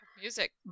music